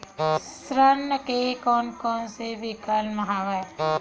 ऋण के कोन कोन से विकल्प हवय?